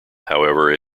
however